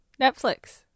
Netflix